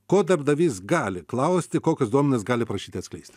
ko darbdavys gali klausti kokius duomenis gali prašyti atskleisti